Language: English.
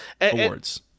awards